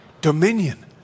Dominion